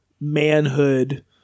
manhood